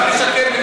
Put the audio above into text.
אתה ממשיך לשקר.